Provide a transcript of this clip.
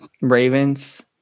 Ravens